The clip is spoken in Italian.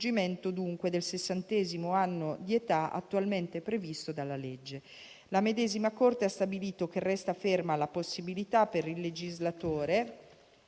del sessantesimo anno di età attualmente previsto dalla legge. La medesima Corte ha stabilito che resta ferma la possibilità per il legislatore